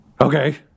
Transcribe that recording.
okay